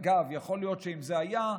אגב, יכול להיות שאם זה היה,